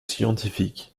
scientifiques